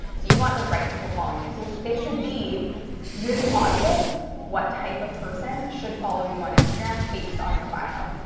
so you want the right people following you. so it should be really obvious what type of person should follow you on instagram, based on your bio.